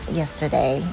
yesterday